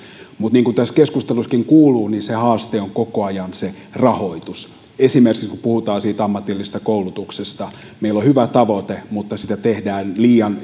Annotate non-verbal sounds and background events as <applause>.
mutta niin kuin tässä keskustelussakin kuuluu se haaste on koko ajan rahoitus esimerkiksi kun puhutaan ammatillisesta koulutuksesta meillä on hyvä tavoite mutta sitä tehdään liian <unintelligible>